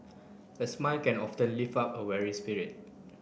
a smile can often lift up a weary spirit